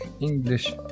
English